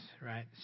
right